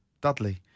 Dudley